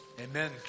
Amen